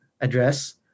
address